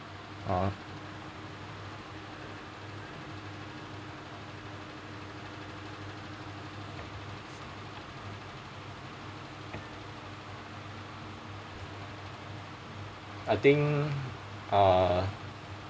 ha I think uh